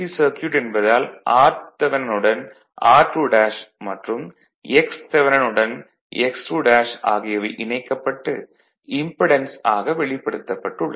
circuit என்பதால் rth உடன் r2 மற்றும் xth உடன் x2 ஆகியவை இணைக்கப்பட்டு இம்படென்ஸ் ஆக வெளிப்படுத்தப்பட்டு உள்ளது